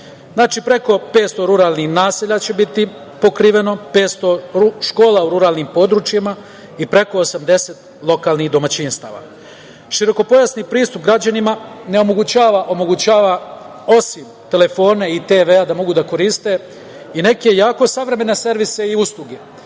zemlji. Znači, preko 500 ruralnih naselja će biti pokriveno, 500 škola u ruralnim područjima i preko 80 lokalnih domaćinstava. Širokopojasni pristup građanima omogućava, osim telefona i TV, da mogu da koriste i neke jako savremene servise i usluge